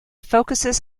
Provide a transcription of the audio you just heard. focuses